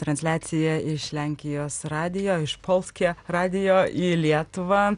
transliacija iš lenkijos radijo iš polskyje radijo į lietuvą